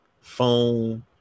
phone